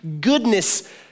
goodness